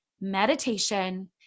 meditation